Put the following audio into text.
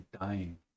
dying